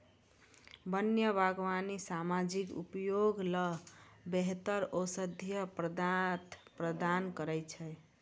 वन्य बागबानी सामाजिक उपयोग ल बेहतर औषधीय पदार्थ प्रदान करै छै